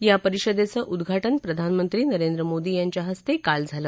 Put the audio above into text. या परिषदेचं उद्घाटन प्रधानमंत्री नरेंद मोदी यांच्या हस्ते काल झालं